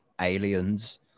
aliens